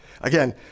Again